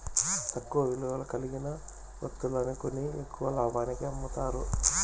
తక్కువ విలువ కలిగిన వత్తువులు కొని ఎక్కువ లాభానికి అమ్ముతారు